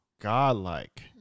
godlike